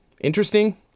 interesting